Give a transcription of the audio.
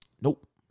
Nope